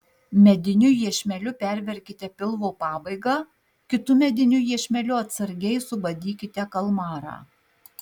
mediniu iešmeliu perverkite pilvo pabaigą kitu mediniu iešmeliu atsargiai subadykite kalmarą